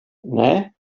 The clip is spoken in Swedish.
nej